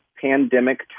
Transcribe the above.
pandemic